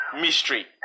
Mystery